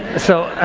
so